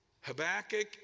Habakkuk